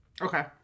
Okay